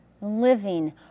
living